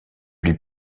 lui